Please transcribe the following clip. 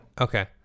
Okay